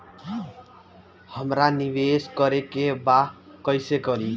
हमरा निवेश करे के बा कईसे करी?